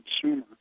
consumer